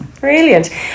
Brilliant